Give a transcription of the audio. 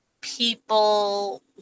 people